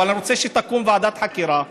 אבל אני רוצה שתקום ועדת חקירה.